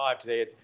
Today